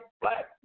black